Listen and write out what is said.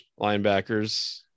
linebackers